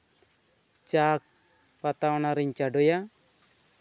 ᱪᱟ ᱯᱟᱛᱟ ᱚᱱᱟᱨᱤᱧ ᱪᱟᱰᱳᱭᱟ